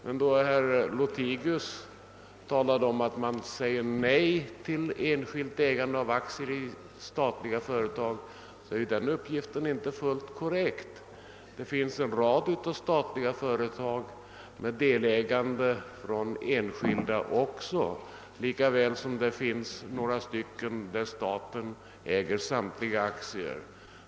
Herr Lothigius” uppgift om att man säger nej till enskilt ägande av aktier i statliga företag här i Sverige är inte fullt korrekt. Det finns en rad statliga företag med enskilda delägare lika väl som det finns några där staten äger samtliga aktier.